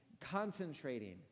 concentrating